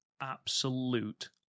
Absolute